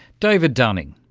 david dunning.